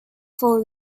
full